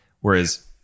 Whereas